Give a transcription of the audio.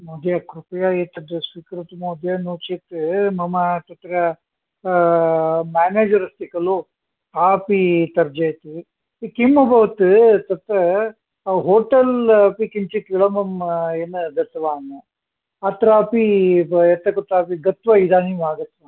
महोदय कृपया एतत् स्वीकरोतु महोदय नो चेत् मम तत्र मेनेजर अस्ति खलु सः अपि तर्जयति किम् अभवत् तत् होटल् अपि किञ्चित् मम् येन दत्तवान् अत्रापि भवतः कुत्रापि इदानीं गत्वा अपि आगतवान्